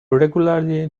regularly